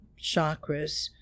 chakras